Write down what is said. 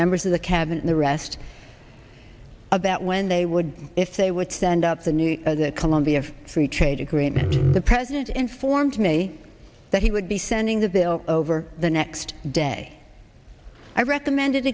members of the cabinet the rest about when they would if they would stand up the news of the colombia free trade agreement the president informed me that he would be sending the bill over the next day i recommend